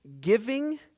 giving